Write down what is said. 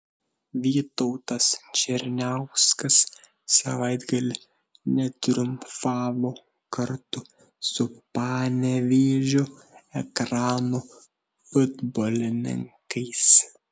vytautas černiauskas savaitgalį netriumfavo kartu su panevėžio ekrano futbolininkais